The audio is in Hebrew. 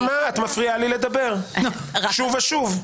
נעמה, את מפריעה לי לדבר, שוב ושוב.